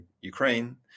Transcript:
Ukraine